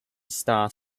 star